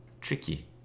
tricky